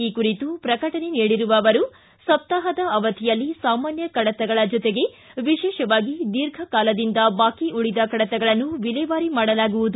ಈ ಕುರಿತು ಪ್ರಕಟಣೆ ನೀಡಿರುವ ಅವರು ಸಪ್ತಾಹದ ಅವಧಿಯಲ್ಲಿ ಸಾಮಾನ್ಯ ಕಡತಗಳ ಜೊತೆಗೆ ವಿಶೇಷವಾಗಿ ದೀರ್ಘ ಕಾಲದಿಂದ ಬಾಕಿ ಉಳಿದ ಕಡತಗಳನ್ನು ವಿಲೇವಾರಿ ಮಾಡಲಾಗುವುದು